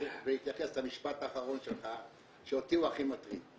ולהתייחס למשפט האחרון שלך שאותי הוא הכי מטריד.